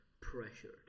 pressured